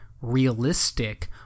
realistic